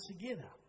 together